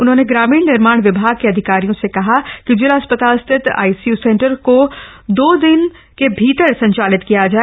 उन्होंने ग्रामीण निर्माण विभाग के अधिकारियों से कहा कि जिला अस्पताल स्थित आईसीयू सेन्टर को दो दिन के भीतर संचालित किया जाय